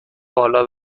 بالا